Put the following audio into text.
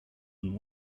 and